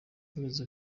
bageze